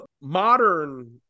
modern